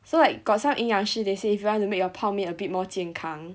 so like got some 营养师 they say if you want to make your 泡面 a bit more 健康